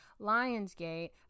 Lionsgate